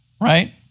right